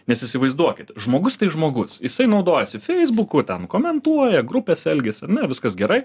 nes įsivaizduokit žmogus tai žmogus jisai naudojasi feisbuku ten komentuoja grupės elgesį ar ne viskas gerai